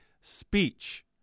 speech